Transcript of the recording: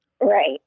Right